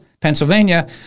Pennsylvania